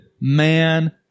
man